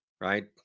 right